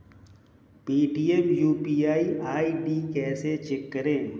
Paytm UPI ID कैसे change करें?